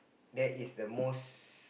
that is the most